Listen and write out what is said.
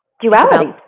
Duality